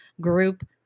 group